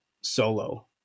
solo